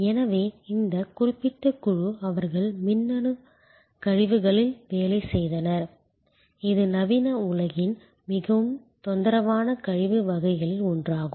எனவே இந்த குறிப்பிட்ட குழு அவர்கள் மின்னணு கழிவுகளில் வேலை செய்தனர் இது நவீன உலகின் மிகவும் தொந்தரவான கழிவு வகைகளில் ஒன்றாகும்